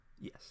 Yes